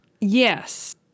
yes